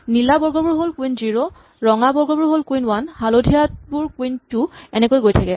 নীলা বৰ্গবোৰ হ'ল কুইন জিৰ' ৰঙা বৰ্গবোৰ কুইন ৱান হালধীয়াবোৰ কুইন টু এনেকৈয়ে গৈ থাকে